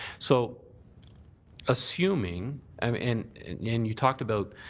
so assuming um and yeah and you talked about